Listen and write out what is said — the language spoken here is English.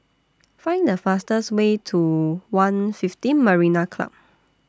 Find The fastest Way to one fifteen Marina Club